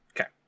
Okay